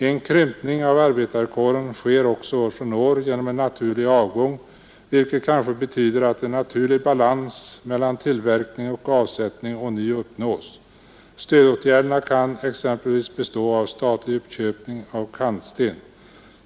En krympning av arbetarkåren sker också år från år genom naturlig avgång vilket kanske betyder att en naturlig balans mellan tillverkning och avsättning ånyo uppnås. Stödåtgärderna kan exempelvis bestå av statlig uppköpning av kantsten.